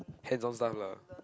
hands on stuff lah